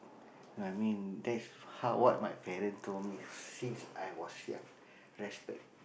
I mean that's how what my parents told me since I was young respect